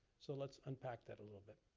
so let's unpack that a little bit.